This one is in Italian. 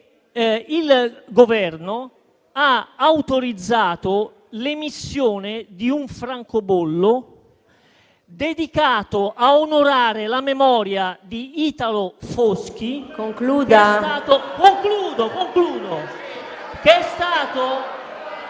il Governo ha autorizzato l'emissione di un francobollo, dedicato a onorare la memoria di Italo Foschi.